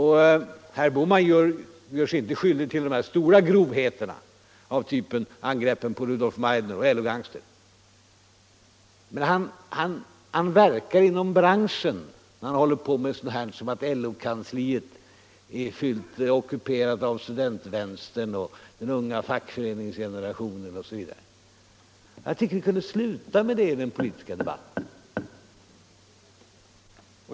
Herr Bohman gör sig inte skyldig till de här stora grovheterna som angreppen på Rudolf Meidner och påståendena om LO-gangster. Men han verkar ändå inom branschen när han säger sådant som att LO-kansliet är ockuperat av studentvänstern och när han talar om den unga fackföreningsgenerationen osv. Jag tycker att vi kunde sluta med sådant här i den politiska debatten.